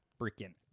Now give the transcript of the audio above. freaking